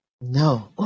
No